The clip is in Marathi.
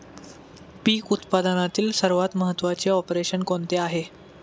पीक उत्पादनातील सर्वात महत्त्वाचे ऑपरेशन कोणते आहे?